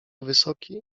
wysoki